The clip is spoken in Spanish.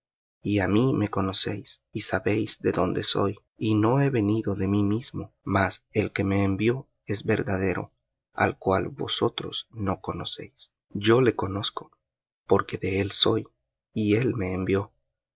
y á mí me conocéis y sabéis de dónde soy y no he venido de mí mismo mas el que me envió es verdadero al cual vosotros no conocéis yo le conozco porque de él soy y él me envió